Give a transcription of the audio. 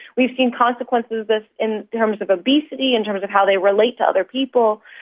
we've seen consequences but in terms of obesity, in terms of how they relate to other people.